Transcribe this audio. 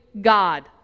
God